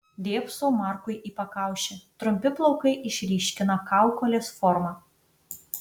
dėbsau markui į pakaušį trumpi plaukai išryškina kaukolės formą